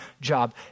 job